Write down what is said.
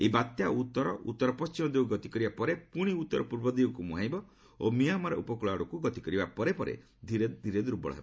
ଏହି ବାତ୍ୟା ଉତ୍ତର ଉତ୍ତର ପଶ୍ଚିମ ଦିଗକୁ ଗତି କରିବା ପରେ ପୁଣି ଉତ୍ତର ପୂର୍ବ ଦିଗକୁ ମୁହାଁଇବ ଓ ମିଆଁମାର ଉପକୂଳ ଆଡକୁ ଗତି କରିବା ପରେ ଧୀରେ ଧୀରେ ଦୁର୍ବଳ ହେବ